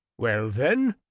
well, then,